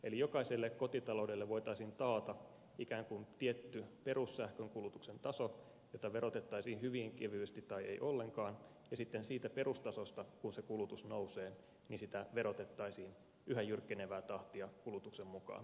eli jokaiselle kotitaloudelle voitaisiin taata ikään kuin tietty perussähkönkulutuksen taso jota verotettaisiin hyvin kevyesti tai ei ollenkaan ja sitten kun se kulutus nousee siitä perustasosta verotettaisiin yhä jyrkkenevää tahtia kulutuksen mukaan